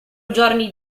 giorni